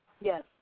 yes